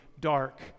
dark